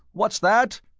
what's that?